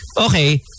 okay